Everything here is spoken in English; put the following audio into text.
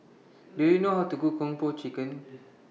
Do YOU know How to Cook Kung Po Chicken